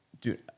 dude